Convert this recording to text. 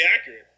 accurate